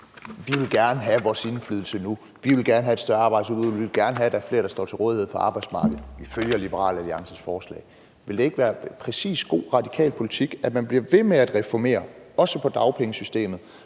Vi vil gerne have vores indflydelse nu. Vi vil gerne have et større arbejdsudbud. Vi vil gerne have, at der er flere, der står til rådighed for arbejdsmarkedet. Vi følger Liberal Alliances forslag. Ville det ikke præcis være god radikal politik, at man bliver ved med at reformere, også i forhold til dagpengesystemet,